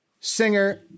singer